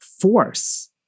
force